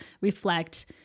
reflect